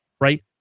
right